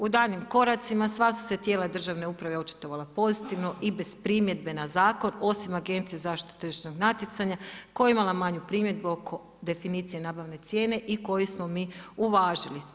U daljnjim koracima sva su se tijela državne uprave očitovala pozitivno i bez primjedbe na zakon osim Agencije za zaštitu tržišnog natjecanja koja je imala manju primjedbu oko definicije nabavne cijene i koju smo mi uvažili.